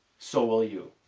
so will you.